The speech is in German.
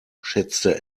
schätzte